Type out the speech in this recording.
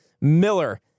Miller